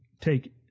take